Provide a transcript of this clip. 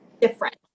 different